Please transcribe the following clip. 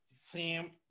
Sam